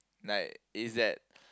like is that